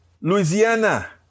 Louisiana